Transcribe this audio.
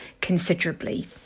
considerably